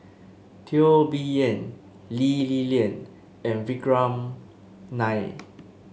Teo Bee Yen Lee Li Lian and Vikram Nair